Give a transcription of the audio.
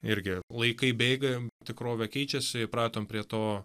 irgi laikai bėga tikrovė keičiasi įpratom prie to